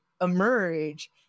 emerge